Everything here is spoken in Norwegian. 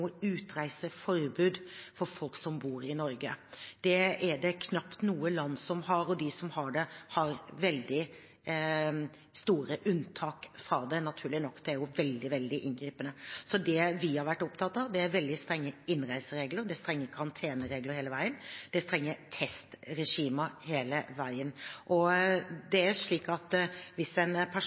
for folk som bor i Norge. Det er det knapt noe land som har, og de som har det, har veldig store unntak fra det, naturlig nok. Det er jo veldig, veldig inngripende. Det vi har vært opptatt av, er veldig strenge innreiseregler. Det er strenge karanteneregler hele veien, det er strenge testregimer hele veien. Det er slik at hvis en